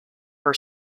her